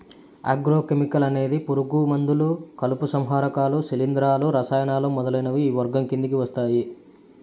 agro chemical అనేది పురుగు మందులు, కలుపు సంహారకాలు, శిలీంధ్రాలు, రసాయనాలు మొదలైనవి ఈ వర్గం కిందకి వస్తాయి